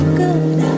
good